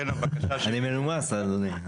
אני מנומס, אדוני...